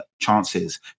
chances